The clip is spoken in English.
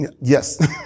Yes